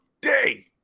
day